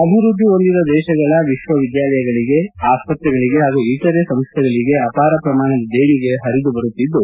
ಅಭಿವೃದ್ಧಿ ಹೊಂದಿದ ದೇಶಗಳ ವಿಕ್ವವಿದ್ಯಾಲಯಗಳಿಗೆ ಆಸ್ಪತ್ರೆಗಳಿಗೆ ಹಾಗೂ ಇತರೆ ಸಂಸ್ಥೆಗಳಿಗೆ ಅಪಾರ ಪ್ರಮಾಣದ ದೇಣಿಗೆ ಪರಿದು ಬರುತ್ತಿದ್ದು